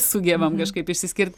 sugebam kažkaip išsiskirt